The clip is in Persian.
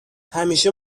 همیشه